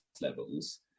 levels